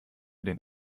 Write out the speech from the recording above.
den